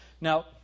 Now